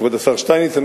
כבוד השר שטייניץ,